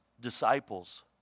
disciples